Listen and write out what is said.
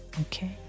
Okay